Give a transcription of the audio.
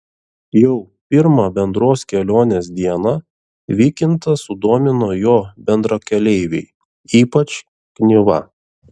jau pirmą bendros kelionės dieną vykintą sudomino jo bendrakeleiviai ypač knyva